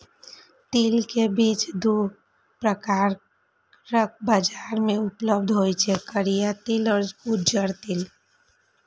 तिल के बीज दू प्रकारक बाजार मे उपलब्ध होइ छै, करिया तिल आ उजरा तिल